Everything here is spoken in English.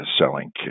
selling